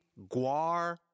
Guar